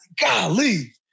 golly